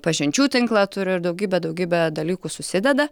pažinčių tinklą turi ir daugybę daugybę dalykų susideda